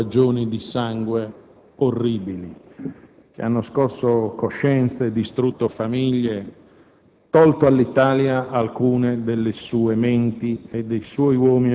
riflessioni e pensieri che investono la storia del nostro Paese. Troppo spesso, nell'andare con la memoria alle vicende del passato, siamo portati,